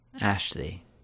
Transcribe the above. Ashley